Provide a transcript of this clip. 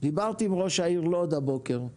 דיברתי עם ראש העיר לוד הבוקר.